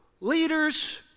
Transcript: leaders